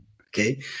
Okay